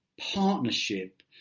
partnership